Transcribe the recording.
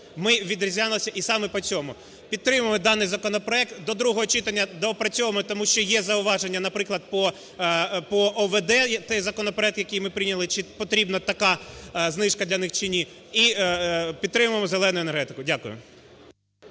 ми відрізнялися і саме по цьому. Підтримуємо даний законопроект. До другого читання доопрацьовуємо, тому що є зауваження, наприклад, по ОВД, той законопроект, який ми прийняли, чи потрібна така знижка, чи ні. І підтримуємо "зелену" енергетику. Дякую.